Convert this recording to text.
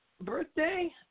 birthday